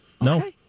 No